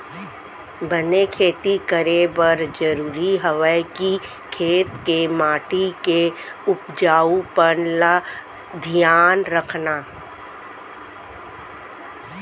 बने खेती करे बर जरूरी हवय कि खेत के माटी के उपजाऊपन ल धियान रखना